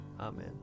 Amen